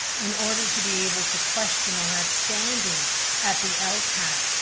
in order to be able to question or have standing at the lpat,